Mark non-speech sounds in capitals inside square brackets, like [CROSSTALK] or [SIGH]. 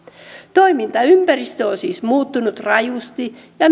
toimintaympäristö on siis muuttunut rajusti ja [UNINTELLIGIBLE]